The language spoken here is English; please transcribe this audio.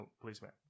policeman